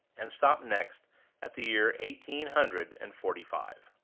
and stopped next at the year eighteen hundred and forty-five.